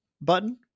button